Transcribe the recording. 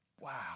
Wow